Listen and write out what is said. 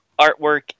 artwork